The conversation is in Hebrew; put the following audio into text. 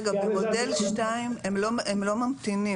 כל כיתה שנפתחה לפי הפיילוט תמשיך באותו מתווה עד סוף שבעה ימי בדיקות,